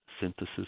synthesis